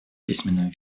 письменном